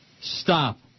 Stop